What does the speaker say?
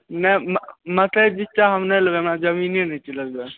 नहि मिरचाइ बीच्चा हम नहि लेबै हमरा जमीने नहि छै लगबैके